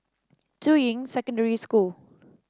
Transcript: Juying Secondary School